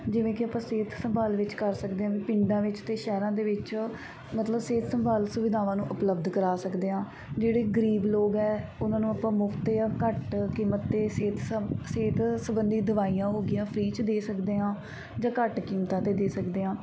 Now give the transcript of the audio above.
ਜਿਵੇਂ ਕਿ ਆਪਾਂ ਸਿਹਤ ਸੰਭਾਲ ਵਿੱਚ ਕਰ ਸਕਦੇ ਹਾਂ ਵੀ ਪਿੰਡਾਂ ਵਿੱਚ ਅਤੇ ਸ਼ਹਿਰਾਂ ਦੇ ਵਿੱਚ ਮਤਲਬ ਸਿਹਤ ਸੰਭਾਲ ਸੁਵਿਧਾਵਾਂ ਨੂੰ ਉਪਲੱਬਧ ਕਰਵਾ ਸਕਦੇ ਹਾਂ ਜਿਹੜੇ ਗਰੀਬ ਲੋਕ ਹੈ ਉਹਨਾਂ ਨੂੰ ਆਪਾਂ ਮੁਫਤ ਜਾਂ ਘੱਟ ਕੀਮਤ 'ਤੇ ਸਿਹਤ ਸ ਸਿਹਤ ਸਬੰਧੀ ਦਵਾਈਆਂ ਹੋ ਗਈਆਂ ਫ੍ਰੀ 'ਚ ਦੇ ਸਕਦੇ ਹਾਂ ਜਾਂ ਘੱਟ ਕੀਮਤਾਂ 'ਤੇ ਦੇ ਸਕਦੇ ਹਾਂ